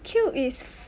cube is